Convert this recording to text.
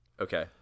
Okay